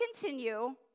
continue